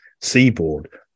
seaboard